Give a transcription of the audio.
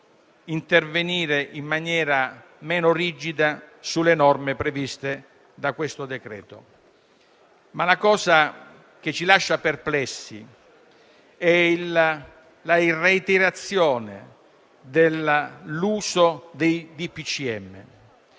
intervenire in maniera meno rigida sulle norme previste dal provvedimento. La cosa che però ci lascia perplessi è la reiterazione dell'uso dei decreti